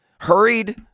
hurried